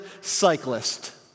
cyclist